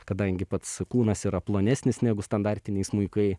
kadangi pats kūnas yra plonesnis negu standartiniai smuikai